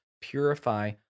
purify